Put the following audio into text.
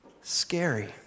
scary